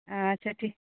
अच्छा ठीक